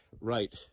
right